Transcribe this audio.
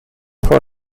for